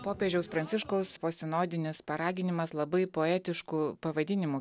popiežiaus pranciškaus posinodinis paraginimas labai poetišku pavadinimu